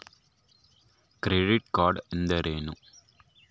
Credit card ಅಂದ್ರೇನು?